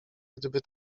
gdyby